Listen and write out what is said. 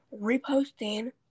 reposting